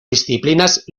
disciplinas